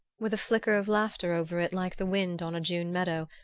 with a flicker of laughter over it like the wind on a june meadow,